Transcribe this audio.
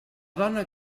dona